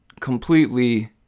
completely